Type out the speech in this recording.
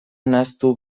nahastu